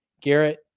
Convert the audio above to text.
garrett